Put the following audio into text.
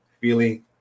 feeling